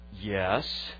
yes